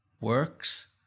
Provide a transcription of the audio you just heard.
works